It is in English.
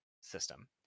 system